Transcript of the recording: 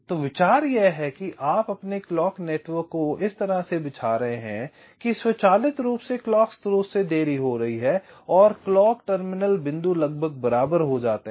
तो विचार यह है कि आप अपने क्लॉक नेटवर्क को इस तरह से बिछा रहे हैं कि स्वचालित रूप से क्लॉक स्रोत से देरी हो रही है और क्लॉक टर्मिनल बिंदु लगभग बराबर हो जाते हैं